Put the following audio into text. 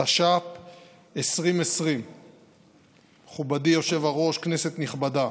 התש"ף 2020. מכובדי היושב-ראש, כנסת נכבדה,